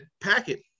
packet